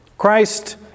Christ